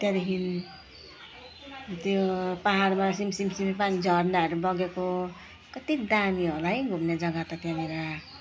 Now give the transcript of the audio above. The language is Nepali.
त्यहाँदेखि त्यो पाहाडबाट सिमसिमे पानी झरनाहरू बगेको कति दामी होला है घुम्ने जग्गा त त्यहाँनिर